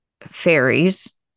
fairies